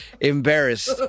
embarrassed